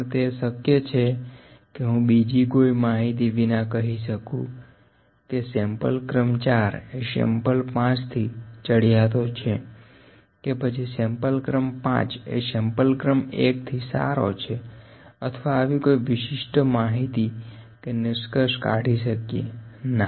પણ તે શક્ય છે કે હું બીજી કોઈ માહિતી વિના કહી શકું કે સેમ્પલ ક્રમ 4 એ સેમ્પલ 5 થી ચડિયાતો છે કે પછી સેમ્પલ ક્રમ 5 એ સેમ્પલ ક્રમ 1 થી સારી છે અથવા આવી કોઈ વિશિષ્ટ માહિતી નિષ્કર્ષ કાઢી શકીએ ના